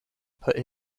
put